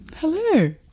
Hello